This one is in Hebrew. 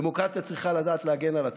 דמוקרטיה צריכה לדעת להגן על עצמה.